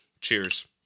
cheers